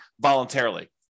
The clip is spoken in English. voluntarily